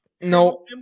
No